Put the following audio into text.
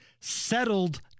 settled